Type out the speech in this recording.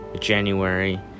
january